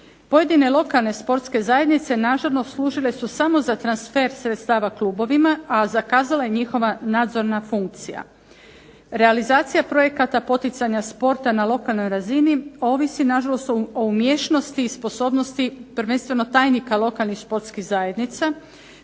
Pojedine lokalne sportske zajednice nažalost služile su samo za transfer sredstava klubovima, a zakazala je njihova nadzorna funkcija. Realizacija projekata poticanja sporta na lokalnoj razini ovisi nažalost o umješnosti i sposobnosti prvenstveno tajnika lokalnih športskih zajednica